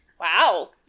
Wow